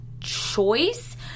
choice